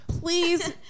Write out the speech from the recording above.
Please